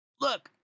Look